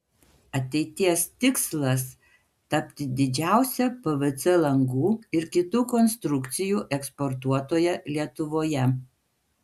ateities tikslas tapti didžiausia pvc langų ir kitų konstrukcijų eksportuotoja lietuvoje